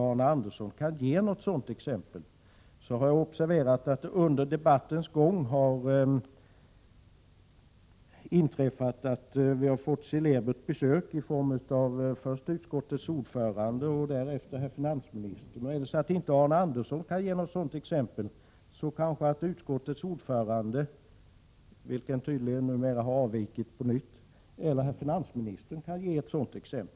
Jag har observerat att vi under debattens gång har fått celebert besök, först av utskottets ordförande, därefter av herr finansministern. Om inte Arne Andersson kan nämna en sådan kommun, kanske utskottets ordförande — han har tydligen nu avvikit från kammaren på nytt — eller herr finansministern kan göra det.